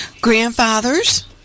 grandfathers